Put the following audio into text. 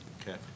Okay